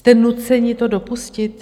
Jste nuceni to dopustit?